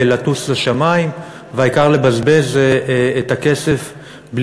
שאת: איפה הולך כל הכסף הזה?